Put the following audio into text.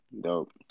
Dope